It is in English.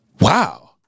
wow